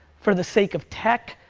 for the sake of tech,